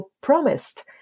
promised